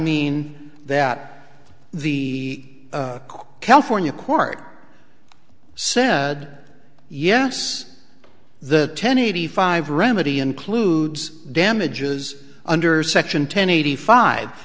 mean that the quilt fornia court said yes the ten eighty five remedy includes damages under section ten eighty five